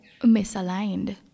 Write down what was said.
misaligned